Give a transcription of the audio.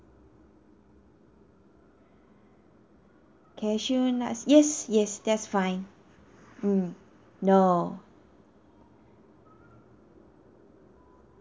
cashew nuts yes yes that's fine mm no